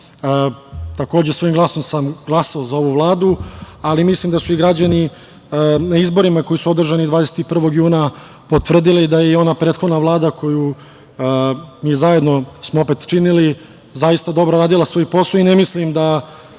takođe svojim glasom sam glasao za ovu Vladu, ali mislim da su i građani na izborima koji su održani 21. juna potvrdili da je i ona prethodna Vlada koju smo mi zajedno opet činili, zaista dobro radila svoj posao i ne mislim da